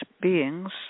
beings